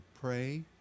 pray